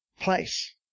place